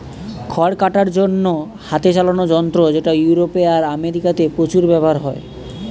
খড় কাটার জন্যে হাতে চালানা যন্ত্র যেটা ইউরোপে আর আমেরিকাতে প্রচুর ব্যাভার হয়